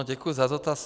Děkuji za dotaz.